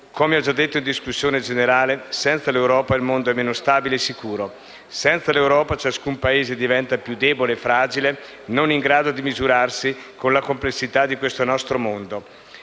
Come ho già detto in discussione, senza l'Europa il mondo è meno stabile e sicuro. Senza l'Europa ciascun Paese diventa più debole e fragile, non in grado di misurarsi con la complessità di questo nostro mondo.